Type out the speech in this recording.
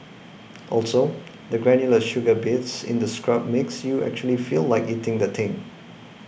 also the granular sugar bits in the scrub makes you actually feel like eating the thing